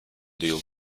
deal